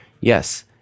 yes